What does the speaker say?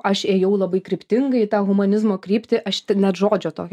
aš ėjau labai kryptingai į tą humanizmo kryptį aš net žodžio tokio